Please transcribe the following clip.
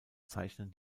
zeichnen